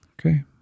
Okay